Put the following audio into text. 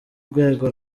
rwego